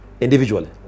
individually